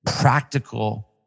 practical